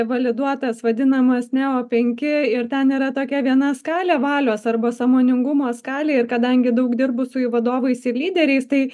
validuotas vadinamas neo penki ir ten yra tokia viena skalė valios arba sąmoningumo skalė ir kadangi daug dirbu su jų vadovais ir lyderiais tai